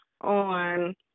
on